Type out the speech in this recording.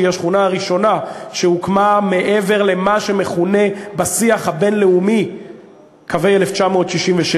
שהיא השכונה הראשונה שהוקמה מעבר למה שמכונה בשיח הבין-לאומי קווי 1967,